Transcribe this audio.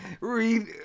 read